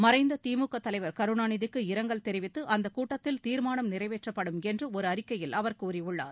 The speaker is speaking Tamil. மறைந்த திமுக தலைவர் கருணாநிதிக்கு இரங்கல் தெரிவித்து அந்தக் கூட்டத்தில் தீர்மானம் நிறைவேற்றப்படும் என்று ஒரு அறிக்கையில் அவர் கூறியுள்ளார்